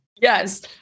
Yes